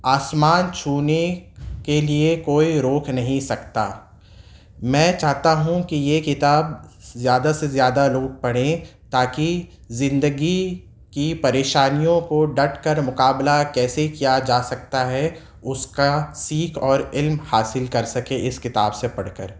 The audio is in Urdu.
آسمان چھونے کے لیے کوئی روک نہیں سکتا میں چاہتا ہوں کہ یہ کتاب زیادہ سے زیادہ لوگ پڑھیں تاکہ زندگی کی پریشانیوں کو ڈٹ کر مقابلہ کیسے کیا جا سکتا ہے اس کا سیکھ اور علم حاصل کر سکیں اس کتاب سے پڑھ کر